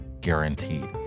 guaranteed